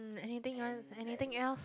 anything want anything else